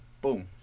boom